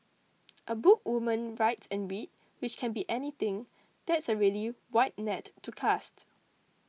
a book woman write and read which can be anything that's a really wide net to cast